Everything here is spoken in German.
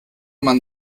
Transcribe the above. man